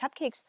Cupcakes